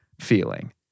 feeling